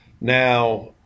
Now